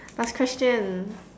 last question